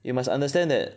you must understand that